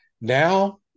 Now